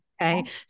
Okay